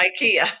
Ikea